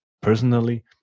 personally